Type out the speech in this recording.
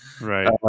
Right